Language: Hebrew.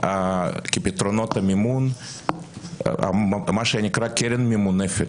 כפתרונות למימון מה שנקרא קרן ממונפת,